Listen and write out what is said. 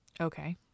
Okay